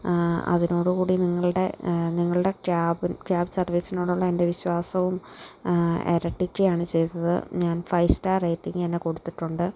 അതിനോടുകൂടി നിങ്ങളുടെ നിങ്ങളുടെ cab cab സർവീസിനോടുള്ള എൻ്റെ വിശ്വാസവും ഇരട്ടിക്കുകയാണ് ചെയ്തത് ഞാൻ ഫൈവ് സ്റ്റാർ റേറ്റിംഗ് തന്നെ കൊടുത്തിട്ടുണ്ട്